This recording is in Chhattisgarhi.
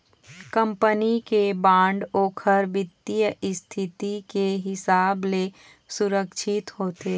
कंपनी के बांड ओखर बित्तीय इस्थिति के हिसाब ले सुरक्छित होथे